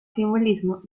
simbolismo